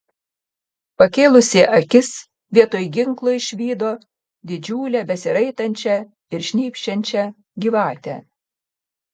pakėlusi akis vietoj ginklo išvydo didžiulę besiraitančią ir šnypščiančią gyvatę